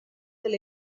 del